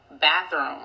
bathroom